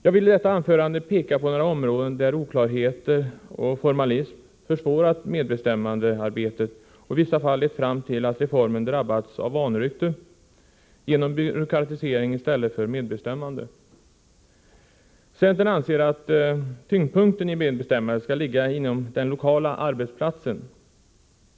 Jag vill i detta anförande peka på några områden där oklarheter och formalism försvårat medbestämmandearbetet och i vissa fall lett fram till att reformen drabbats av vanrykte genom byråkratisering i stället för medbestämmande. Centern anser att tyngdpunkten i medbestämmandet skall ligga inom den lokala arbetsplatsen.